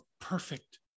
perfect